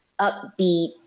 upbeat